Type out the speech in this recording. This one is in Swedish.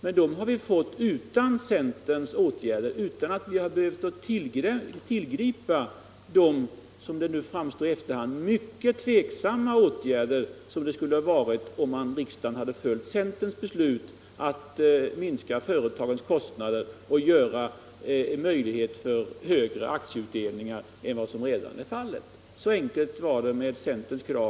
Men den har vi fått utan att behöva tillgripa av centern mycket tveksamma åtgärder att minska företagens kostnader och möjliggöra högre aktieutdelningar än vad som blev fallet.